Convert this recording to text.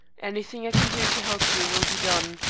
anything i can do to help you will be done,